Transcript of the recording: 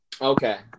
Okay